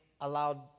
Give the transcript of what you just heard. allowed